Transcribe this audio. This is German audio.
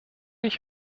ich